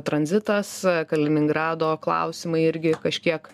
tranzitas kaliningrado klausimai irgi kažkiek